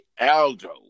Aldo